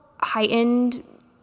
heightened